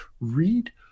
read